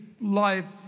life